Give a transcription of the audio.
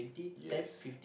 yes